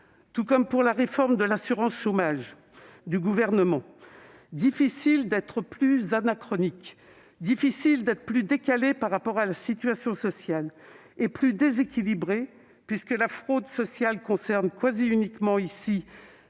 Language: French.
Tout comme pour la réforme de l'assurance chômage du Gouvernement, il est difficile d'être plus anachronique, plus décalé par rapport à la situation sociale et plus déséquilibré ! En effet, alors que la fraude sociale concerne quasi uniquement ici